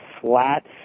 flat